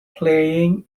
playing